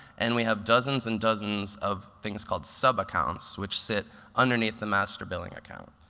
and we have dozens and dozens of things called sub accounts which sit underneath the master billing account.